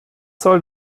soll